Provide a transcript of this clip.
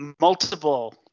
multiple